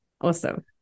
Awesome